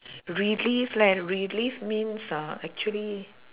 relive leh relive means ah actually